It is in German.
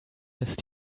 ist